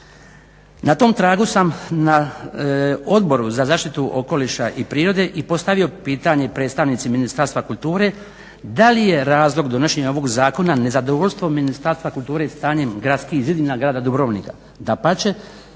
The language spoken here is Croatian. baštine". Na Odboru za zaštitu okoliša i prirode i postavio pitanje predstavnici Ministarstva kulture da li je razlog donošenja ovog zakona nezadovoljstvo Ministarstva kulture stanjem Gradskih zidina grada Dubrovnika. Dapače,